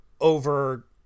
over